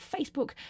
Facebook